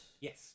Yes